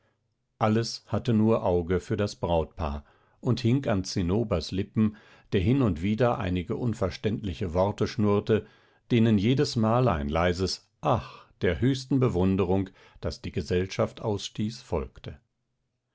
alles hatte nur auge für das brautpaar und hing an zinnobers lippen der hin und wieder einige unverständliche worte schnurrte denen jedesmal ein leises ach der höchsten bewunderung das die gesellschaft ausstieß folgte